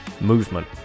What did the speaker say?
movement